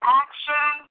action